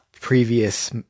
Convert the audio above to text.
previous